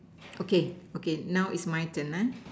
okay okay now is my turn